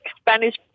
Spanish